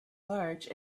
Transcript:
large